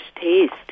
taste